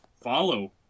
follow